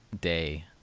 day